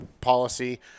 policy